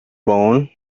bone